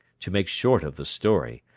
to make short of the story,